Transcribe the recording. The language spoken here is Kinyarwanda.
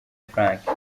frank